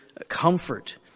comfort